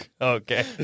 Okay